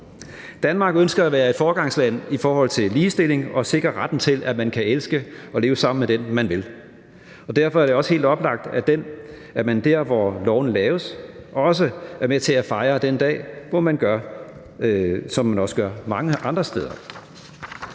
Danmark ønsker at være et foregangsland i forhold til ligestilling og sikre retten til, at man kan elske og leve sammen med den, man vil. Og derfor er det også helt oplagt, at man der, hvor lovene laves, også er med til at fejre den dag, som man også gør mange andre steder.